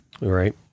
Right